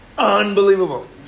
Unbelievable